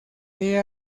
ella